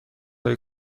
های